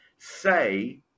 say